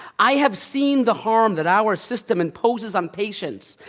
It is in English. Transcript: i have seen the harm that our system imposes on patients,